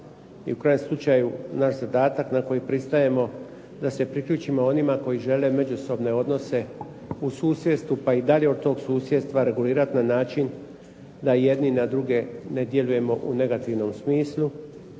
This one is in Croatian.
i u krajnjem slučaju i naš zadatak na koji pristajemo da se priključimo onima koji žele međusobne odnose u susjedstvu, pa i dalje od tog susjedstva regulirati na način da jedni na druge ne djelujemo u negativnom smislu